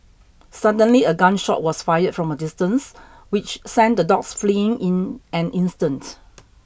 suddenly a gun shot was fired from a distance which sent the dogs fleeing in an instant